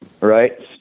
right